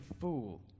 fool